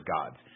gods